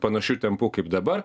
panašiu tempu kaip dabar